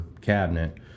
cabinet